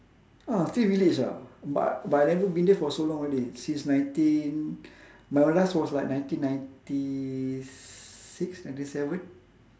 ah still village ah but but I never been there for so long already since nineteen my last was like nineteen ninety six ninety seven